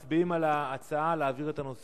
מה העמדה שלך כרגע, בבקשה,